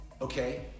Okay